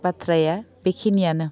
बाथ्राया बेखिनियानो